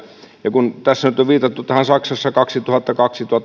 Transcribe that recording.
ja kun tässä nyt on viitattu tähän saksassa kaksituhattakaksi